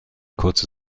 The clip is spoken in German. kurze